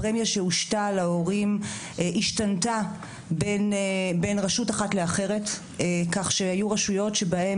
הפרמיה שהושתה על ההורים השתנתה בין רשות אחת לאחרת והיו רשויות שבהן